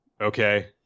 Okay